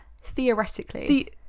theoretically